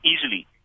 easily